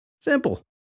simple